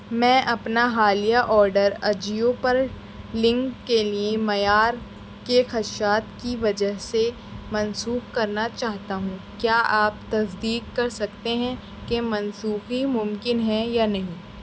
میں اپنا حالیہ آرڈر اجیو پر لنگ کے لیے معیار کے خدشات کی وجہ سے منسوخ کرنا چاہتا ہوں کیا آپ تصدیق کر سکتے ہیں کہ منسوخی ممکن ہے یا نہیں